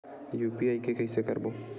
UPI के कइसे करबो?